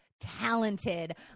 talented